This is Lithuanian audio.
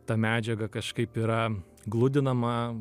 ta medžiaga kažkaip yra gludinama